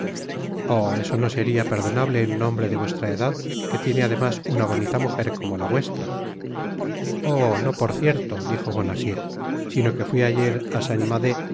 oh eso no seria perdonable en un hombre de vuestra edad que tiene además una bonita mujer como la vuestra oh no por cierto dijo bonacieux sino que fui ayer á saint mandé